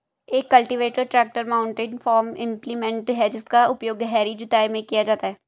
एक cultivator tractor mounted farm implement है जिसका उपयोग गहरी जुताई में किया जाता है